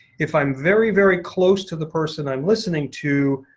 if i'm very, very close to the person i'm listening to,